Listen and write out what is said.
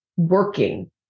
working